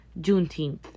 Juneteenth